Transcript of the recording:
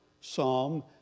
psalm